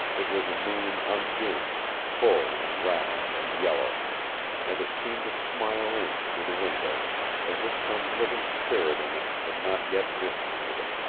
it was a moon undimmed, full and round and yellow and it seemed to smile in through the window as if some living spirit in it had not yet missed nada,